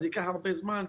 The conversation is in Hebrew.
זה ייקח הרבה זמן,